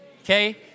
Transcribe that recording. Okay